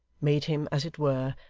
made him, as it were,